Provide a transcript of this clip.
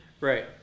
Right